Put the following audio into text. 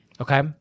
Okay